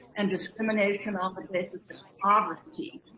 and discrimination on the basis of sovereignty.